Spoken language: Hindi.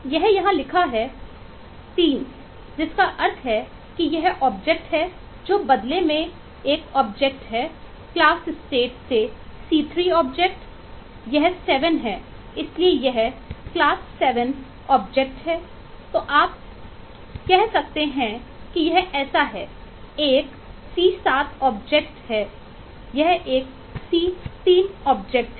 यह यहां लिखा है कि यह 3 है जिसका अर्थ है कि यह वस्तु है जो बदले में यह वस्तु है क्लास स्टेट है